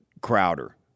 Crowder